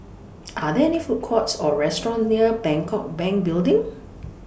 Are There Food Courts Or restaurants near Bangkok Bank Building